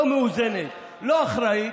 לא מאוזנת ולא אחראית,